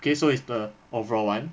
okay so it's the overall [one]